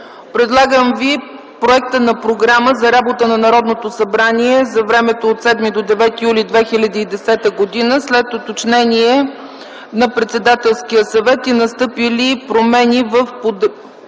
Предлагам Ви проекта на програма за работа на Народното събрание за времето от 7 до 9 юли 2010 г., след уточнение на Председателския съвет и настъпили промени в поредността